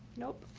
nope.